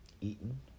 eaten